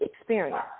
experience